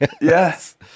Yes